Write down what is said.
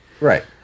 right